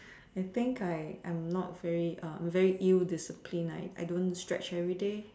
I think I I'm not very very ill disciplined I don't stretch everyday